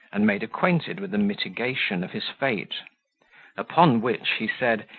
and made acquainted with the mitigation of his fate upon which he said,